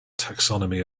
taxonomy